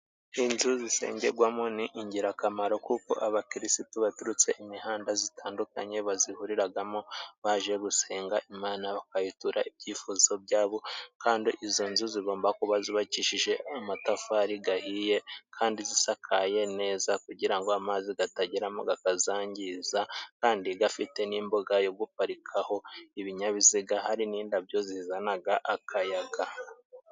Inzu zisengerwamo ni ingirakamaro kuko abakirisitu baturutse imihanda zitandukanye bazihuriragamo baje gusenga Imana, bakayitura ibyifuzo byabo kandi izo nzu zigomba kuba zubabakishije amatafari gahiye, kandi zisakaye neza kugira ngo amazi gatageramo gakazangiza ,kandi gafite n'imbuga yo guparikaho ibinyabiziga hari n'indabyo zizanaga akayaga.